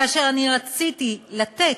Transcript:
כאשר אני רציתי לתת,